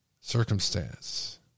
circumstance